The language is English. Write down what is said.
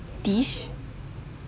dish